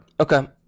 Okay